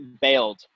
bailed